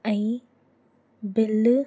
ऐं बिल